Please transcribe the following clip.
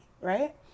right